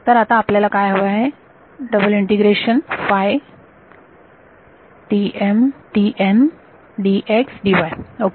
तर आता आपल्याला काय हव आहे ओके